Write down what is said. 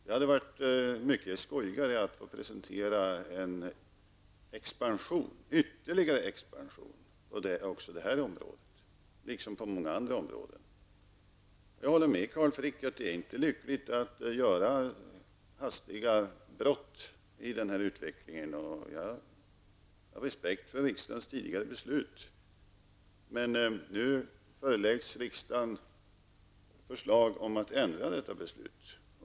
Det hade varit mycket skojigare att få presentera en ytterligare expansion på detta område liksom på många andra områden. Jag håller med Carl Frick om att det inte är lyckligt att göra hastiga brott i den här utvecklingen. Och jag har respekt för riksdagens tidigare beslut. Men nu föreläggs riksdagen förslag om att ändra detta beslut.